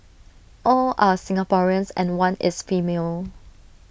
all are Singaporeans and one is female